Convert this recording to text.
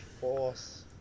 force